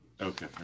Okay